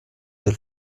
del